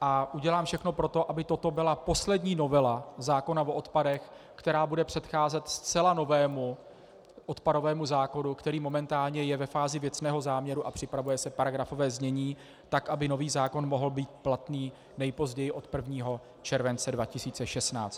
a udělám všechno pro to, aby toto byla poslední novela zákona o odpadech, která bude předcházet zcela novému odpadovému zákonu, který je momentálně ve fázi věcného záměru a připravuje se paragrafové znění, aby nový zákon mohl být platný nejpozději od 1. července 2016.